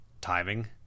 Timing